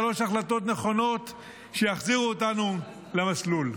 שלוש החלטות נכונות שיחזירו אותנו למסלול.